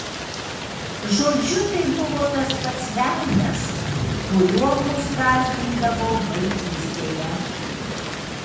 žodžiu tai buvo tas pats velnias kuriuo mus gąsdindavo vaikystėje